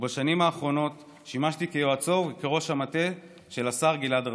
ובשנים האחרונות שימשתי יועץ וראש המטה של השר גלעד ארדן.